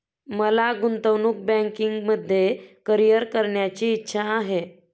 मला गुंतवणूक बँकिंगमध्ये करीअर करण्याची इच्छा आहे